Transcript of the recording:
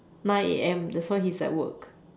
nine A_M that's why he's at work